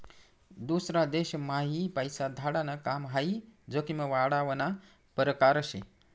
दूसरा देशम्हाई पैसा धाडाण काम हाई जोखीम वाढावना परकार शे